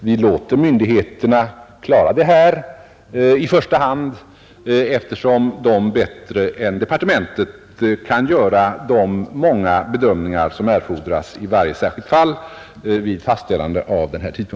Vi låter myndigheterna klara detta i första hand, eftersom de vid fastställande av tidpunkten bättre än departementet kan göra de många bedömningar, som erfordras i varje särskilt fall.